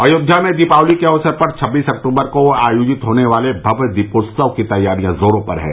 अयोध्या में दीपावली के अवसर पर छब्बीस अक्टूबर को आयोजित होने वाले भव्य दीपोत्सव की तैयारियां जोरों पर हैं